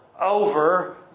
over